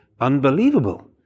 unbelievable